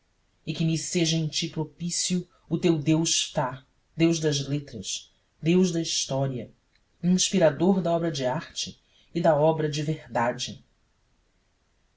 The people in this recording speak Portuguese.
e que me seja em ti propício o teu deus ftá deus das letras deus da história inspirador da obra de arte e da obra de verdade